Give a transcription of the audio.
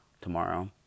tomorrow